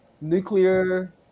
nuclear